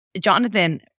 Jonathan